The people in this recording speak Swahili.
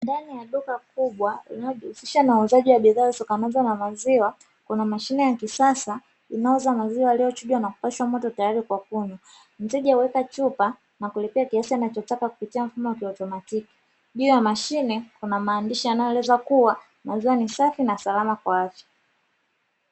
Ndani ya duka kubwa linalojihusisha na uuzaji wa bidhaa zitokanazo na maziwa kuna mashine ya kisasa inayouza maziwa yaliyochujwa na kupashwa moto tayari kwa kunywa. Mteja huweka chupa na kulipia kiasi anachotaka kupitia mfumo wa kiotomatiki, juu ya mashine Kuna maandishi yakieleza kuwa maziwa ni safi na salama kwa afya.